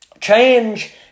change